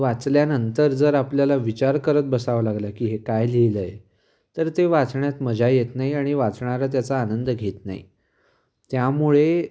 वाचल्यानंतर जर आपल्याला विचार करत बसावं लागला की हे काय लिहिलं आहे तर ते वाचण्यात मजा येत नाही आणि वाचणारा त्याचा आनंद घेत नाही त्यामुळे